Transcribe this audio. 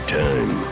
time